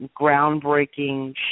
groundbreaking